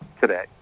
today